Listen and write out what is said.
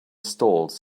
stalls